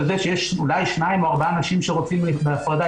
על זה שיש אולי שניים או ארבעה אנשים שרוצים בהפרדה.